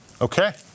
Okay